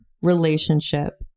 Relationship